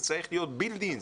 זה צריך להיות BUILD IN,